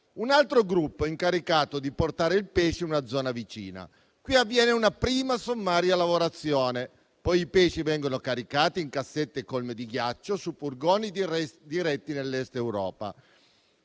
Un altro gruppo è incaricato di portare il pesce in una zona vicina, dove avviene una prima sommaria lavorazione. Poi i pesci vengono caricati in cassette colme di ghiaccio su furgoni diretti nell'Est Europa.